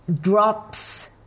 drops